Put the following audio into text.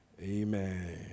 Amen